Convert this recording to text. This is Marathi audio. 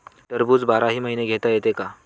टरबूज बाराही महिने घेता येते का?